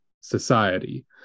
society